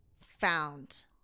found